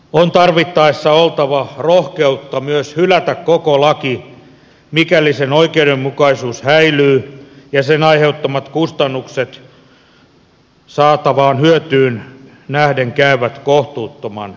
on tarvittaessa oltava rohkeutta myös hylätä koko laki mikäli sen oikeudenmukaisuus häilyy ja sen aiheuttamat kustannukset saatavaan hyötyyn nähden käyvät kohtuuttoman kalliiksi